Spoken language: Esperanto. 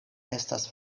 estas